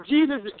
Jesus